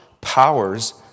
powers